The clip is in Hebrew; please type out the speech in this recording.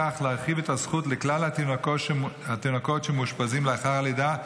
הזכות לכלל התינוקות שמאושפזים לאחר הלידה,